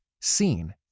seen